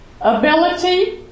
ability